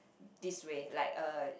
this way like a